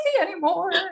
anymore